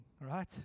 right